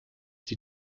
die